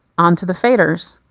on to the faders.